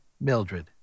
Mildred